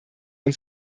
uns